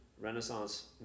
renaissance